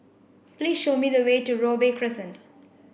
please show me the way to Robey Crescent